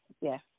yes